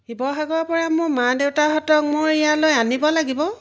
শিৱসাগৰৰ পৰা মোৰ মা দেউতাহঁতক মোৰ ইয়ালৈ আনিব লাগিব